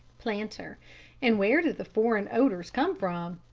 planter and where do the foreign odours come from?